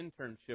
internship